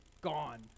gone